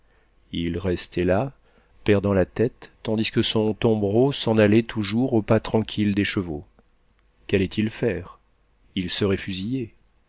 il restait là perdant la tête tandis que son tombereau s'en allait toujours au pas tranquille des chevaux qu'allait-il faire il serait fusillé